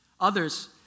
others